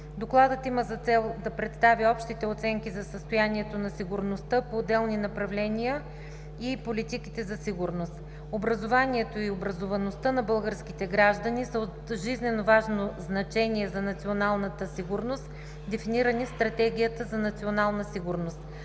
Докладът има за цел да представи общите оценки за състоянието на сигурността по отделни направления и политиките за сигурност. Образованието и образоваността на българските граждани са от жизненоважно значение за националната сигурност, дефинирани в Стратегията за национална сигурност.